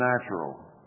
natural